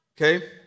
okay